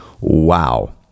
Wow